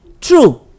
True